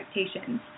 expectations